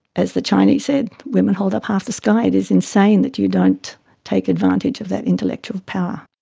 as the chinese said, women hold up half the sky. it is insane that you don't take advantage of that intellectual power.